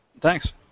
Thanks